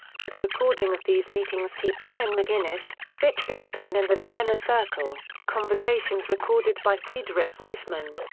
for the recording of these meetings see brian mcguinness, wittgenstein and the vienna circle conversations recorded by friedrich waismann.